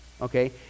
Okay